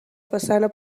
façana